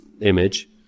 image